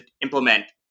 implement